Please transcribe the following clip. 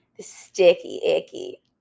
Sticky-icky